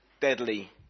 deadly